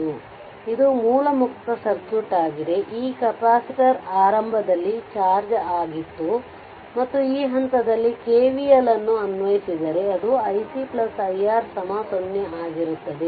ಆದ್ದರಿಂದ ಇದು ಮೂಲ ಮುಕ್ತ ಸರ್ಕ್ಯೂಟ್ ಆಗಿದೆ ಈ ಕೆಪಾಸಿಟರ್ ಆರಂಭದಲ್ಲಿ ಚಾರ್ಜ್ ಆಗಿತ್ತು ಮತ್ತು ಈ ಹಂತದಲ್ಲಿ KVL ಅನ್ನು ಅನ್ವಯಿಸಿದರೆ ಅದು iC iR 0 ಆಗಿರುತ್ತದೆ